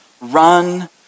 run